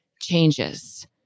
changes